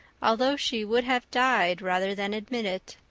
although she would have died rather than admit it,